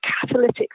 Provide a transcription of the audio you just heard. catalytic